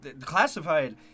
classified